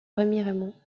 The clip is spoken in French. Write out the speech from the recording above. remiremont